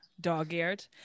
dog-eared